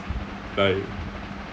like